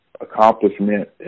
accomplishment